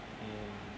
and